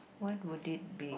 what would it be